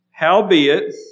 Howbeit